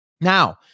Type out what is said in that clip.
Now